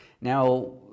Now